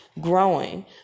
growing